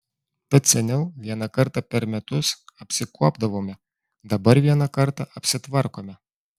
tad seniau vieną kartą per metus apsikuopdavome dabar vieną kartą apsitvarkome